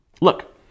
Look